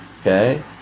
okay